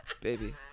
Baby